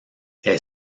est